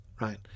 Right